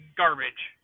garbage